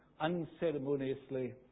unceremoniously